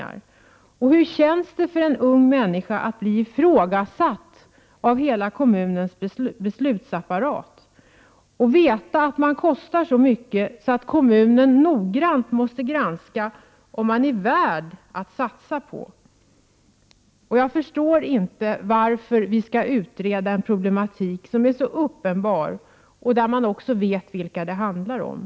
Jag undrar hur det känns för en ung människa att bli ifrågasatt av kommunens beslutsapparat och att veta att hon kostar så mycket att kommunen noggrant måste granska om det är värt att satsa på henne. Jag förstår inte varför vi skall utreda en problematik som är så uppenbar. Dessutom vet vi ju vilka människor det handlar om.